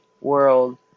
world